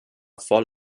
voll